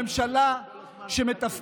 אתם רמאים.